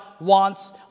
wants